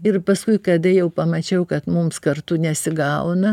ir paskui kada jau pamačiau kad mums kartu nesigauna